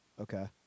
Okay